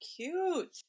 cute